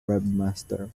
webmaster